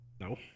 No